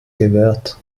gewährt